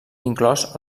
inclòs